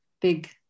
big